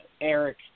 Eric